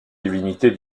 divinités